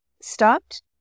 stopped